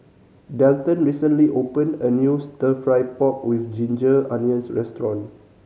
Delton recently opened a new Stir Fry pork with ginger onions restaurant